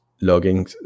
logging